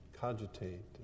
cogitate